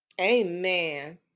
Amen